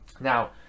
now